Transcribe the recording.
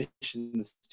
missions